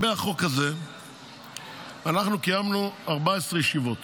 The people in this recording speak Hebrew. אנחנו קיימנו 14 ישיבות.